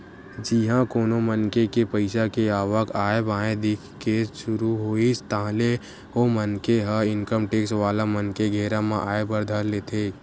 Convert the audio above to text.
जिहाँ कोनो मनखे के पइसा के आवक आय बाय दिखे के सुरु होइस ताहले ओ मनखे ह इनकम टेक्स वाला मन के घेरा म आय बर धर लेथे